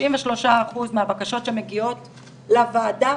93 אחוזים מהבקשות שמגיעות לוועדה,